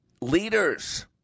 leaders